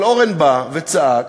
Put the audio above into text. אבל אורן בא וצעק,